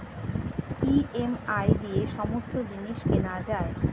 EMI দিয়ে সমস্ত জিনিস কেনা যায়